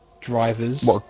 drivers